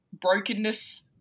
Brokenness